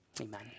Amen